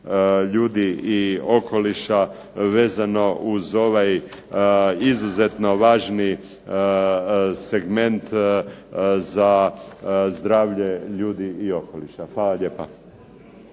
ljudi i okoliša vezano uz ovaj izuzetno važni segment za zdravlje ljudi i okoliša. Hvala lijepa.